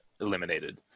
eliminated